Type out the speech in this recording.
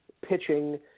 pitching